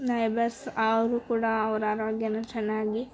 neighbours ಅವರು ಕೂಡ ಅವರ ಆರೋಗ್ಯನ ಚೆನ್ನಾಗಿ